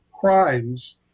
crimes